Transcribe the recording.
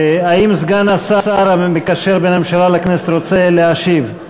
האם סגן השר המקשר בין הממשלה לכנסת רוצה להשיב?